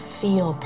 feel